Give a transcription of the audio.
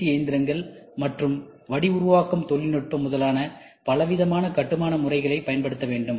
C இயந்திரங்கள் மற்றும் வடிஉருவாக்கம் தொழில்நுட்பம் முதலான பலவிதமான கட்டுமான முறைகளைப் பயன்படுத்த வேண்டும்